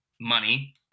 Money